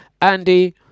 Andy